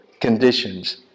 conditions